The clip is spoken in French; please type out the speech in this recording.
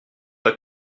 pas